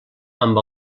amb